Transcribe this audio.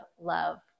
love